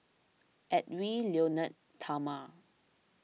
Edwy Lyonet Talma